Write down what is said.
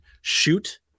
shoot